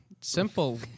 Simple